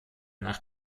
nach